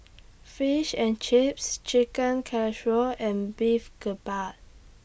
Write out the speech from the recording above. Fish and Chips Chicken Casserole and Beef Galbi